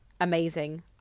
Amazing